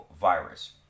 virus